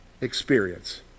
experience